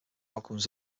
outcomes